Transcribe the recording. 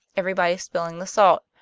everybody spilling the salt.